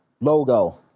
logo